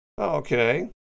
Okay